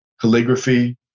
calligraphy